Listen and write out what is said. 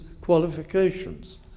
qualifications